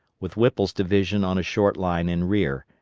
with whipple's division on a short line in rear,